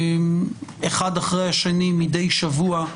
אחד אחרי השני מדי שבוע,